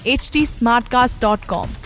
htsmartcast.com